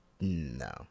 no